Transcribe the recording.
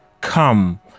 Come